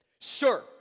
sir